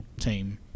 team